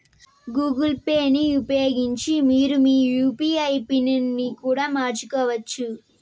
Google పేని ఉపయోగించి మీరు మీ యూ.పీ.ఐ పిన్ ని కూడా మార్చుకోవచ్చు